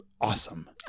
awesome